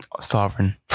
sovereign